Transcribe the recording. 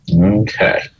Okay